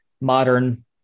modern